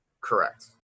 Correct